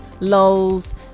lols